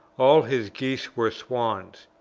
all his geese were swans.